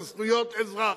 זה זכויות אזרח.